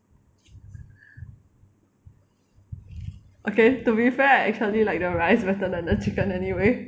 okay to be fair actually the rice better than the chicken anyway